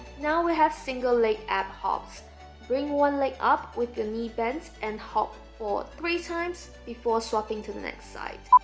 now we have single leg ab hops bring one leg up with the knee bends, and hop for three times before swapping to the next side